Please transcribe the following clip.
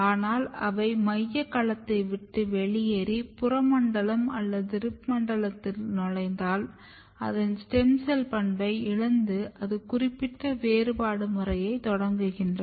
ஆனால் அவை மையக் களத்தை விட்டு வெளியேறி புற மண்டலம் அல்லது ரிப் மண்டலத்தில் நுழைந்தால் அதன் ஸ்டெம் செல் பண்பை இழந்து அது குறிப்பிட்ட வேறுபாடு முறையைத் தொடங்குகின்றன